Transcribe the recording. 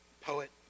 Poet